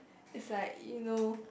it's like you know